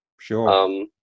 sure